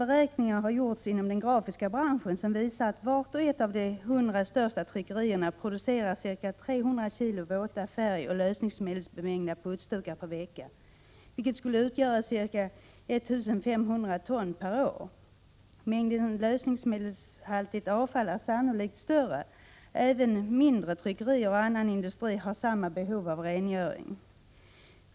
Inom den grafiska branschen har det gjorts vissa beräkningar, som visar att vart och ett av de 100 största tryckerierna producerar ca 300 kg våta färgoch lösningsmedelsbemängda putsdukar per vecka, vilket skulle bli ca 1 500 ton per år. Mängden lösningsmedelshaltigt avfall är sannolikt större. Även mindre tryckerier och annan industri har samma behov av rengöring.